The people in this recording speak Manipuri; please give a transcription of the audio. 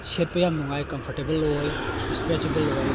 ꯁꯦꯠꯄ ꯌꯥꯝ ꯅꯨꯡꯉꯥꯏ ꯀꯝꯐꯣꯔꯇꯦꯕꯜ ꯑꯣꯏ ꯏꯁꯇ꯭ꯔꯦꯆꯦꯕꯜ ꯑꯣꯏ